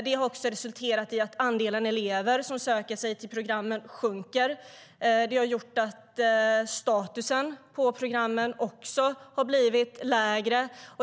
Detta har resulterat i att andelen elever som söker sig till programmen sjunker, och det har gjort att programmens status har blivit lägre.